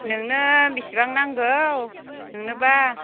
नोंनो बिसिबां नांगौ नोंनोबा